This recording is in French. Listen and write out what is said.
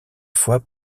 fois